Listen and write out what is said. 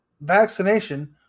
Vaccination